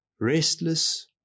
Restless